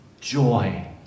joy